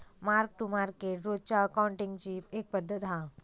mark to market रोजच्या अकाउंटींगची एक पद्धत हा